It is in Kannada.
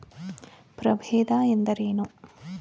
ಪ್ರಭೇದ ಎಂದರೇನು?